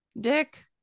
Dick